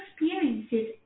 experiences